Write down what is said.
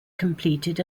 completed